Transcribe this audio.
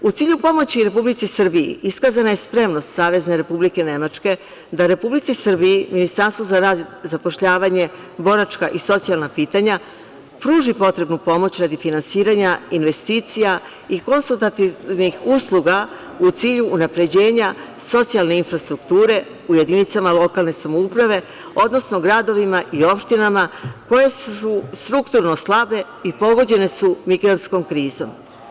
U cilju pomoći Republici Srbiji, iskazana je spremnost Savezne Republike Nemačke da Republici Srbiji, Ministarstvu za rad, zapošljavanje, boračka i socijalna pitanja pruži potrebnu pomoć radi finansiranja investicija i konsultativnih usluga u cilju unapređenja socijalne infrastrukture u jedinicama lokalne samouprave, odnosno gradovima i opštinama koje su strukturno slabe i pogođene su migrantskom krizom.